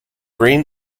green